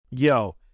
Yo